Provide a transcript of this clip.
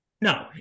No